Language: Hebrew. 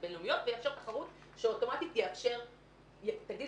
בין-לאומיות ויאפשר תחרות שאוטומטית תאפשר הורדת